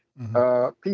people